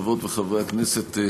חברות וחברי הכנסת,